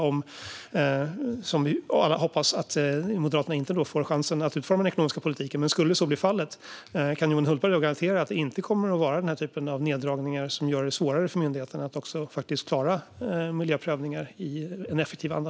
Vi alla hoppas att Moderaterna inte får chansen att utforma den ekonomiska politiken, men om så skulle bli fallet: Kan Johan Hultberg garantera att det inte kommer att bli den typen av neddragningar som gör det svårare för myndigheter att klara miljöprövningar i en effektiv anda?